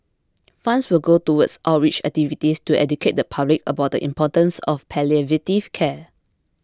funds will go towards outreach activities to educate the public about the importance of palliative care